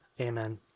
Amen